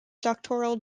doctoral